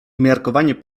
umiarkowanie